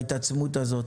בהתעצמות הזאת